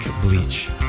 Bleach